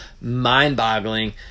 mind-boggling